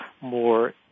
more